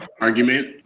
Argument